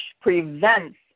prevents